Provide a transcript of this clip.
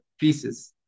pieces